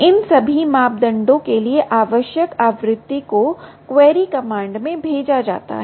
इन सभी मापदंडों के लिए आवश्यक आवृत्ति को क्वेरी कमांड में भेजा जाता है